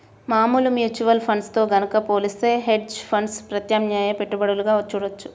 మామూలు mutual funds తో గనక పోలిత్తే హెడ్జ్ ఫండ్స్ ప్రత్యామ్నాయ పెట్టుబడులుగా చూడొచ్చు